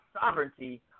sovereignty